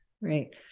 right